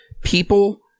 people